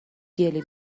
گلی